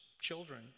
children